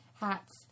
hats